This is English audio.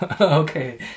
Okay